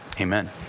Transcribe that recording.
Amen